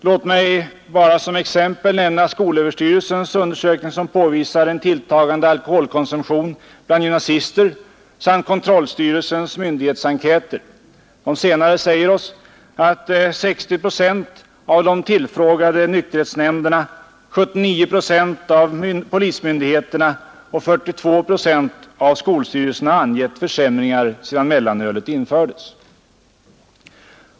Låt mig bara som exempel nämna skolöverstyrelsens undersökning som påvisar en tilltagande alkoholkonsumtion bland gymnasister samt kontrollstyrelsens myndighetsenkäter. De senare säger oss att 60 procent av de tillfrågade nykterhetsnämnderna, 79 procent av polismyndigheterna och 42 procent av skolstyrelserna angett försämringar sedan mellanölet infördes.